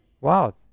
wow